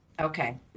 Okay